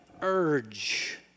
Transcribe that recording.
urge